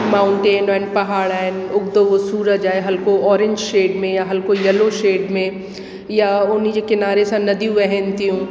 mountain आहिनि पहाड़ आहिनि उगदो सूरज आहे हल्को ओरेंज शेड में हल्को यलो शेड में या हुनजे किनारे सां नदियूं वेहनि थियूं